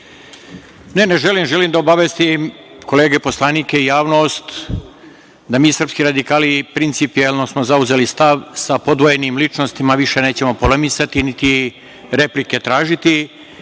Ne, ne želim. Želim da obavestim kolege poslanike i javnost da mi srpski radikali principijelno smo zauzeli stav - sa podvojenim ličnostima više nećemo polemisati, niti replike tražiti.